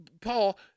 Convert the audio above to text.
Paul